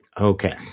Okay